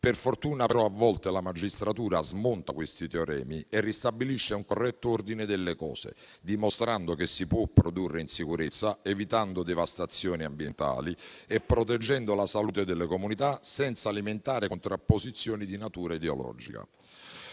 Per fortuna, però, a volte la magistratura smonta questi teoremi e ristabilisce un corretto ordine delle cose, dimostrando che si può produrre in sicurezza, evitando devastazioni ambientali e proteggendo la salute delle comunità senza alimentare contrapposizioni di natura ideologica.